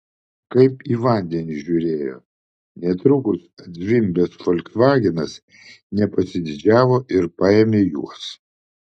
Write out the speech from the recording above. kaip į vandenį žiūrėjo netrukus atzvimbęs folksvagenas nepasididžiavo ir paėmė juos